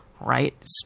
right